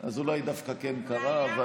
אז אולי דווקא כן קרה.